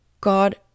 God